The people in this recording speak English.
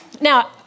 Now